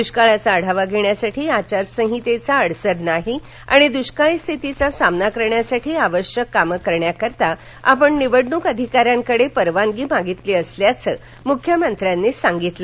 दृष्काळाचा आढावा घेण्यासाठी आचारसंहितेचा अडसर नाही आणि दृष्काळी स्थितीचा सामना करण्यासाठी आवश्यक काम करण्याकरता आपण निवडणूक अधिकाऱ्यांकडे परवानगी मागितली असल्याच मुख्यमंत्र्यांनी सांगितलं